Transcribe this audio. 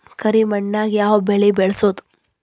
ಕರಿ ಮಣ್ಣಾಗ್ ಯಾವ್ ಬೆಳಿ ಬೆಳ್ಸಬೋದು?